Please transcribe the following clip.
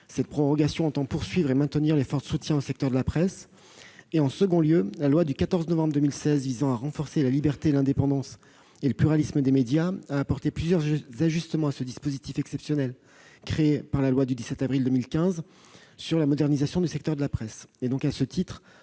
Cette prorogation entend poursuivre et maintenir l'effort de soutien au secteur de la presse. En second lieu, la loi du 14 novembre 2016 visant à renforcer la liberté, l'indépendance et le pluralisme des médias a apporté plusieurs ajustements à ce dispositif exceptionnel, créé par la loi du 17 avril 2015 portant diverses